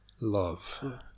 love